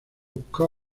car